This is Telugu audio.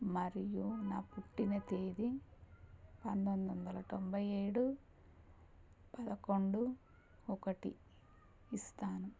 మరియు నా పుట్టిన తేదీ పంతొమ్మిది వందల తొంభై ఏడు పదకొండు ఒకటి ఇస్తాను